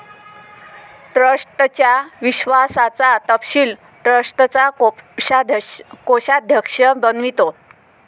ट्रस्टच्या विश्वासाचा तपशील ट्रस्टचा कोषाध्यक्ष बनवितो